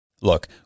Look